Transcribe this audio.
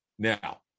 Now